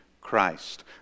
Christ